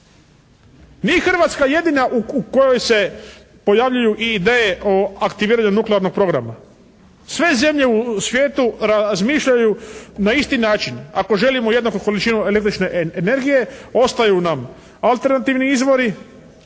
Nije Hrvatska jedina u kojoj se pojavljuju i ideje o aktiviranju nuklearnog programa. Sve zemlje u svijetu razmišljaju na isti način. Ako želimo jednaku količinu električne energije ostaju nam alternativni izvori